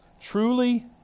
Truly